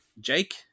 Jake